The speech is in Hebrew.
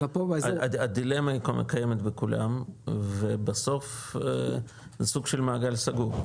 הדילמה קיימת בכולם ובסוף זה סוג של מעגל סגור,